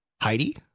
Heidi